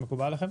מקובל עליכם?